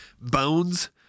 Bones